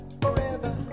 forever